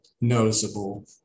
noticeable